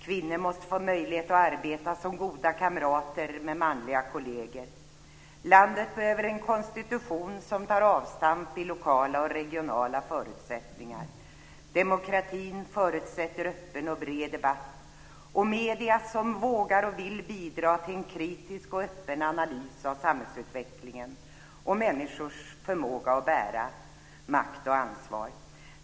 Kvinnor måste få möjlighet att arbeta som goda kamrater tillsammans med manliga kolleger. Landet behöver en konstitution som tar avstamp i lokala och regionala förutsättningar. Demokratin förutsätter en öppen och bred debatt och medier som vågar och vill bidra till en kritisk och öppen analys av samhällsutvecklingen och människors förmåga att bära makt och ansvar.